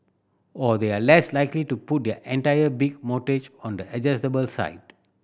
or they are less likely to put their entire big mortgage on the adjustable side